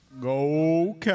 Go